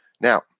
Now